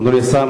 אדוני השר,